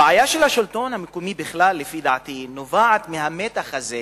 הבעיה של השלטון המקומי בכלל נובעת לדעתי מהמתח הזה